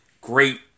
great